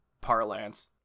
parlance